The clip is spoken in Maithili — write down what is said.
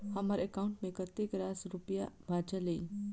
हम्मर एकाउंट मे कतेक रास रुपया बाचल अई?